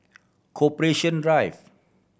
Corporation Drive